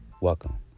Welcome